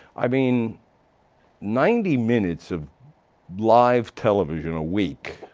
i mean ninety minutes of live television a week,